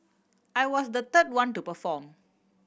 I was the third one to perform